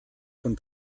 von